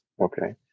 Okay